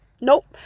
Nope